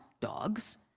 dogs